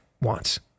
wants